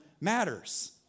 matters